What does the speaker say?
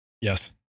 Yes